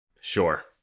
Sure